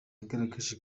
yagaragaje